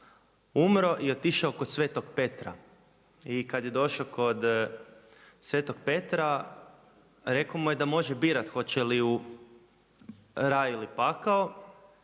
umro i otišao kod Svetog Petra. I kad je došao kod Svetog Petra rekao mu je da može birati hoće li u raj ili pakao